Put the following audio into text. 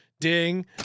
Ding